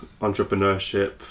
entrepreneurship